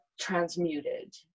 transmuted